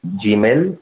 gmail